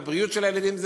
בבריאות של הילדים,